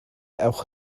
ewch